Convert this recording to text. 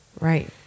Right